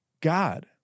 God